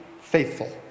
faithful